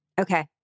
Okay